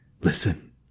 Listen